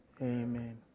Amen